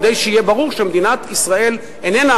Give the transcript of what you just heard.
כדי שיהיה ברור שמדינת ישראל איננה